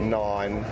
nine